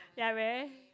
ya very